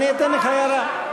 אני אתן לך הערה.